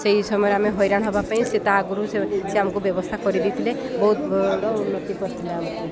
ସେହି ସମୟରେ ଆମେ ହଇରାଣ ନହେବା ପାଇଁ ସେ ତା ଆଗରୁ ସେ ସେ ଆମର ବ୍ୟବସ୍ଥା କରିଦେଇଥିଲେ ବହୁତ ବଡ଼ ଉନ୍ନତି କରିଥିଲେ ଆମକୁ